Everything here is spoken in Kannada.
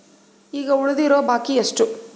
ಈಗ ಉಳಿದಿರೋ ಬಾಕಿ ಎಷ್ಟು?